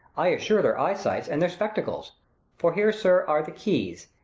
i assure their eye-sights, and their spectacles for here, sir, are the keys,